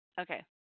Okay